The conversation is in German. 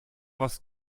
was